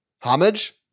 homage